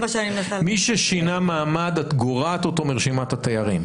מי ששינה מעמד את גורעת אותו מרשימת התיירים?